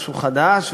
משהו חדש,